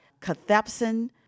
cathepsin